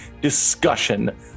discussion